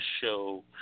show